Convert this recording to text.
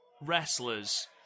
wrestlers